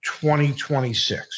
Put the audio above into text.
2026